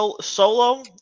Solo